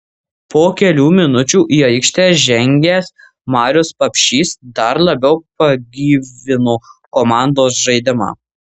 po kelių minučių į aikštę žengęs marius papšys dar labiau pagyvino komandos žaidimą